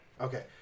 Okay